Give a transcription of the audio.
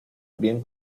bien